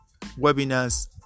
webinars